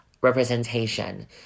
representation